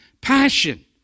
Passion